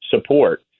support